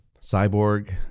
Cyborg